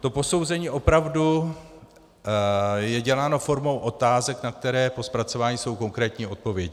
To posouzení opravdu je děláno formou otázek, na které po zpracování jsou konkrétní odpovědi.